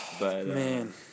Man